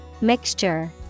Mixture